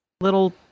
little